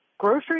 Grocery